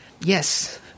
Yes